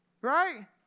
right